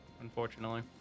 Unfortunately